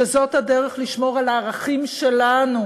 שזאת הדרך לשמור על הערכים שלנו,